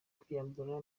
kwiyambura